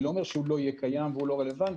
אני לא אומר שהוא לא יהיה קיים והוא לא רלוונטי,